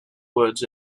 woods